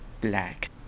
black